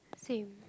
same